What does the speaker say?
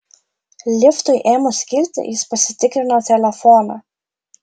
liftui ėmus kilti jis pasitikrino telefoną